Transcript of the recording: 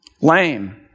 lame